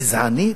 גזענית?